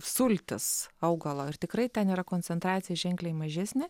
sultys augalo ir tikrai ten yra koncentracija ženkliai mažesnė